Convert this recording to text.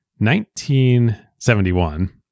1971